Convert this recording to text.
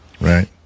Right